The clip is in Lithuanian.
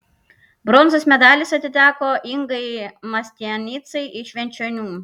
bronzos medalis atiteko ingai mastianicai iš švenčionių